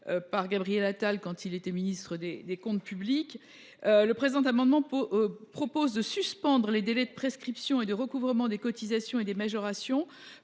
par Gabriel Attal, quand il était ministre des comptes publics. Nous proposons de suspendre le décompte des délais de prescription et de recouvrement des cotisations et des majorations